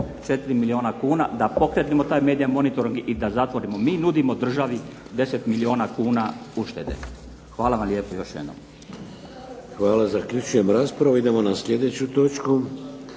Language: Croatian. milijuna kuna da pokrenemo taj medija monitor i da zatvorimo. Mi nudimo državi 10 milijuna kuna uštede. Hvala vam lijepa još jednom. **Šeks, Vladimir (HDZ)** Hvala. Zaključujem